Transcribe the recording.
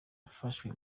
yafashwe